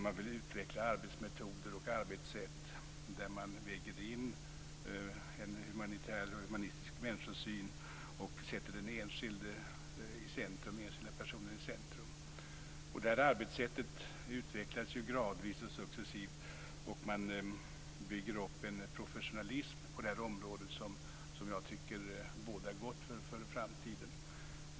Man vill utveckla arbetsmetoder och arbetssätt där man väger in en humanitär och humanistisk människosyn och sätter den enskilda personen i centrum. Det här arbetssättet utvecklas gradvis och successivt, och man bygger upp en professionalism på området som jag tycker bådar gott för framtiden.